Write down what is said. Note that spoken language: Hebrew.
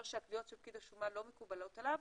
שהקביעות של פקיד השומה לא מקובלות עליו,